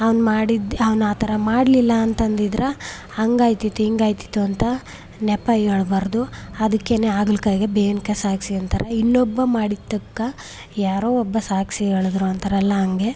ಅವ್ನು ಮಾಡಿದ್ದೆ ಅವ್ನು ಆ ಥರ ಮಾಡಲಿಲ್ಲ ಅಂತ ಅಂದಿದ್ರೆ ಹಂಗೆ ಆಯ್ತಿತ್ತು ಹಿಂಗೆ ಆಯ್ತಿತ್ತು ಅಂತ ನೆಪ ಹೇಳ್ಬಾರ್ದು ಅದಕ್ಕೇ ಹಾಗಲ್ಕಾಯಿಗೆ ಬೇವಿನಕಾಯಿ ಸಾಕ್ಷಿ ಅಂತಾರೆ ಇನ್ನೊಬ್ಬ ಮಾಡಿದ್ದಕ್ಕೆ ಯಾರೋ ಒಬ್ಬ ಸಾಕ್ಷಿ ಹೇಳಿದರು ಅಂತಾರಲ್ಲ ಹಂಗೆ